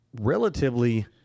relatively